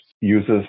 uses